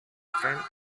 front